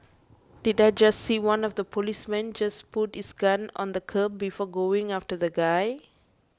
did I just see one of the policemen just put his gun on the curb before going after the guy